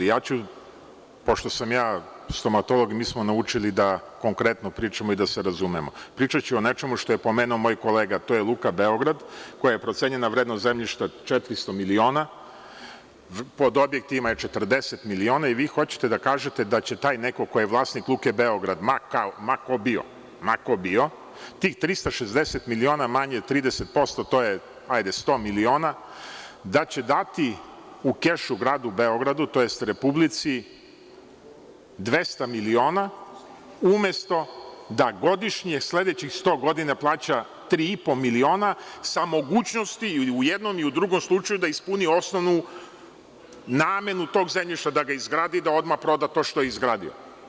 Pošto sam ja stomatolog i mi smo naučili da konkretno pričamo i da se razumemo, pričaću o nečemu što je pomenuo moj kolega, a to je Luka Beograd, čija je procenjena vrednost zemljišta 400 miliona, a pod objektima je 40 miliona i vi hoćete da kažete da će taj neko ko je vlasnik Luke Beograd, ma ko bio, tih 360 miliona manje 30%, to je negde 100 miliona, da će dati u kešu Gradu Beogradu, tj. republici 200 miliona umesto da godišnje sledećih 100 godina plaća 3,5 miliona sa mogućnošću i u jednom i u drugom slučaju da ispuni osnovnu namenu tog zemljišta, da ga izgradi i da odmah proda to što je izgradio.